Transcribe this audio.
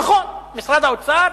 נכון שמשרד האוצר